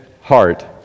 heart